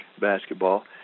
basketball